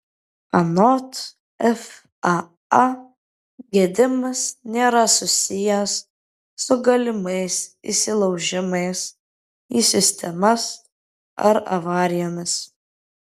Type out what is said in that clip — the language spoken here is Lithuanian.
anot faa gedimas nėra susijęs su galimais įsilaužimais į sistemas ar avarijomis